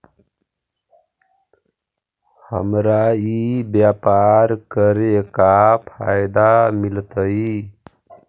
हमरा ई व्यापार करके का फायदा मिलतइ?